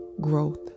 growth